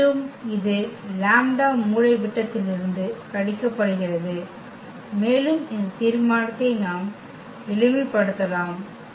எனவே மீண்டும் இது λ மூலைவிட்டத்திலிருந்து கழிக்கப்படுகிறது மேலும் இந்த தீர்மானத்தை நாம் எளிமைப்படுத்தலாம்